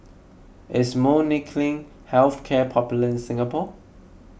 is Molnylcke Health Care popular in Singapore